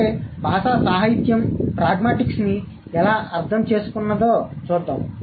అయితే భాషా సాహిత్యం ప్రాగ్మాటిక్స్ను ఎలా అర్థం చేసుకున్నదో చూద్దాం